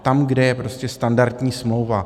Tam, kde je prostě standardní smlouva.